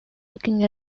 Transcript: looking